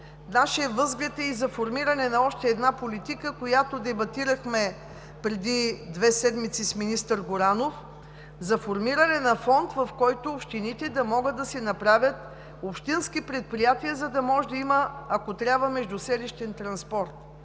нашият възглед е и за формиране на още една политика, която дебатирахме преди две седмици с министър Горанов за формиране на фонд, в който общините да могат да си направят общински предприятия, за да може да има, ако трябва, междуселищен транспорт